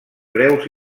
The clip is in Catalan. preus